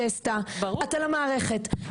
את על המערכת,